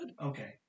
Okay